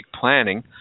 planning